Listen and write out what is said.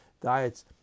diets